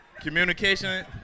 Communication